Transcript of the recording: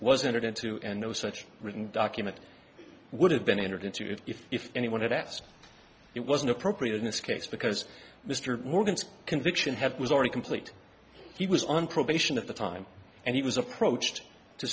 was entered into and no such written document would have been entered into it if anyone had asked it wasn't appropriate in this case because mr morgan's conviction had was already complete he was on probation at the time and he was approached to